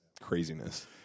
craziness